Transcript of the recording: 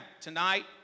tonight